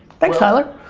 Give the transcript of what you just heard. thanks tyler.